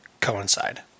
coincide